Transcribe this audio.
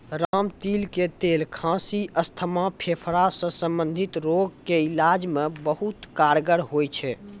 रामतिल के तेल खांसी, अस्थमा, फेफड़ा सॅ संबंधित रोग के इलाज मॅ बहुत कारगर होय छै